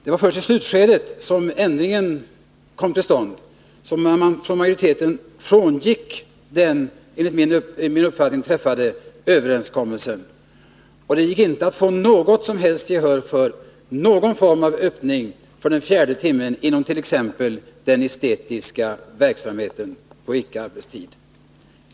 Det var först i slutskedet som en sådan ändring kom till stånd att majoriteten frångick den enligt min uppfattning träffade överenskommelsen. Det gick sedan inte att få något som helst gehör för någon form av öppning för den fjärde timmen inom t.ex. den estetiska verksamheten på icke-arbetstid.